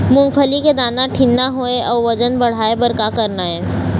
मूंगफली के दाना ठीन्ना होय अउ वजन बढ़ाय बर का करना ये?